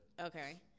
Okay